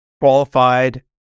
qualified